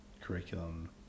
curriculum